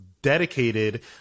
Dedicated